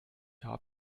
jahr